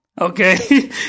Okay